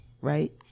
right